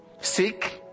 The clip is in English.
Seek